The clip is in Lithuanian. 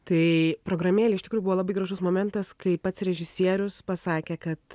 tai programėlėj iš tikrųjų buvo labai gražus momentas kai pats režisierius pasakė kad